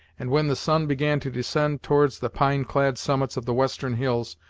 and when the sun began to descend towards the pine-clad summits of the western hills,